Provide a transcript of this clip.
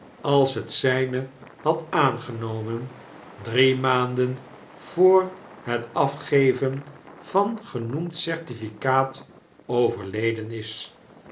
als het zijne had aangenomen drie maanden voor het afgeven van genoemd certificaat overleden is